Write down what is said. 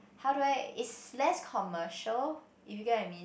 how do I is less commercial if you get what I mean